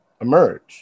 emerge